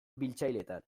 bilatzailetan